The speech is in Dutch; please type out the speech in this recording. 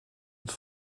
het